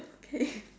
okay